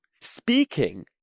speaking